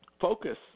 focus